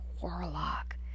Warlock